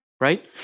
right